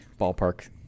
ballpark